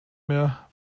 mehr